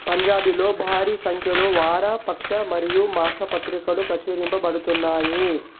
పంజాబీలో భారీ సంఖ్యలో వార పక్ష మరియు మాస పత్రికలు ప్రచురించబడుతున్నాయి